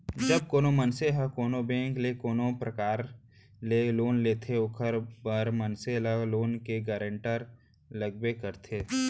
जब कोनो मनसे ह कोनो बेंक ले कोनो परकार ले लोन लेथे ओखर बर मनसे ल लोन के गारेंटर लगबे करथे